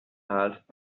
zahlt